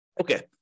Okay